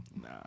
nah